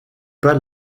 pas